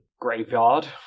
graveyard